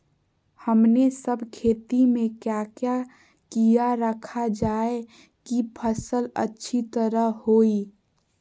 हमने सब खेती में क्या क्या किया रखा जाए की फसल अच्छी तरह होई?